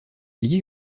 lié